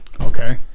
Okay